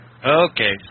Okay